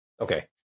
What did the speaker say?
Okay